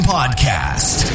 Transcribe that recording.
Podcast